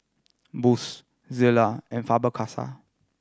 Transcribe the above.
Bose Zalia and Faber Castell